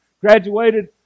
Graduated